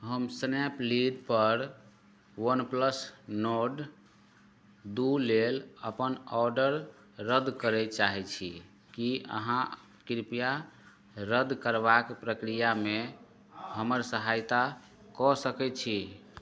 हम स्नैपलीडपर OnePlus Nord दू लेल अपन ऑर्डर रद्द करय चाहय छी की अहाँ कृपया रद्द करबाक प्रक्रियामे हमर सहायता कऽ सकय छी